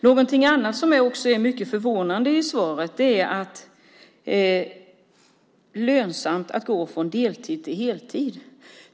Något annat som också är mycket förvånande i svaret är detta med att det ska vara lönsamt att gå från deltid till heltid.